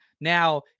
Now